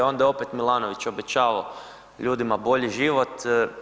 Onda je opet Milanović obećavao ljudima bolji život.